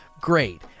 Great